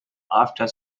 after